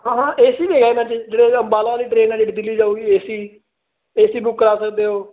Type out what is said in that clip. ਹਾਂ ਹਾਂ A C ਹੈ ਇਹਨਾਂ 'ਚ ਜਿਹੜੀ ਅੰਬਾਲਾ ਵਾਲੀ ਟਰੇਨ ਆ ਜਿਹੜੀ ਦਿੱਲੀ ਜਾਊਗੀ A C A C book ਕਰਾ ਸਕਦੇ ਹੋ